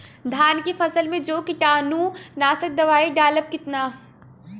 धान के फसल मे जो कीटानु नाशक दवाई डालब कितना?